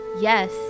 Yes